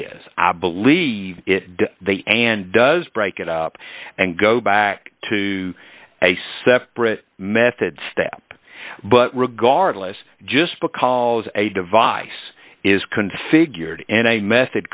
is i believe it and does break it up and go back to a separate method step but regardless just because a device is configured and a method